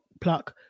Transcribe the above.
Pluck